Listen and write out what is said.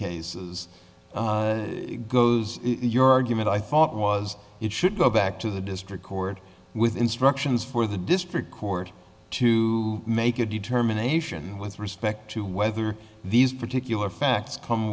thought was it should go back to the district court with instructions for the district court to make a determination with respect to whether these particular facts come